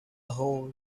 hole